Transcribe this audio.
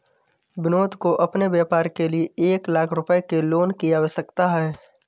विनोद को अपने व्यापार के लिए एक लाख रूपए के लोन की आवश्यकता है